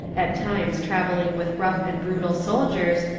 at times travelling with rough and brutal soldiers,